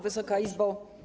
Wysoka Izbo!